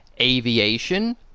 aviation